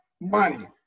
Money